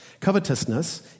covetousness